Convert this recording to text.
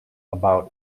about